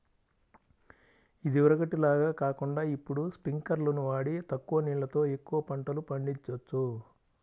ఇదివరకటి లాగా కాకుండా ఇప్పుడు స్పింకర్లును వాడి తక్కువ నీళ్ళతో ఎక్కువ పంటలు పండిచొచ్చు